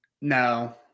No